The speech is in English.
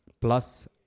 plus